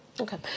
Okay